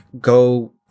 go